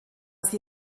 sie